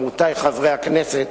רבותי חברי הכנסת,